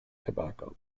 tobacco